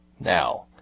now